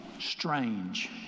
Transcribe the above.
Strange